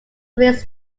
his